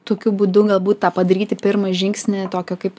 tokiu būdu galbūt tą padaryti pirmą žingsnį tokio kaip